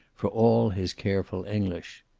for all his careful english.